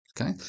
okay